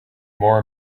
more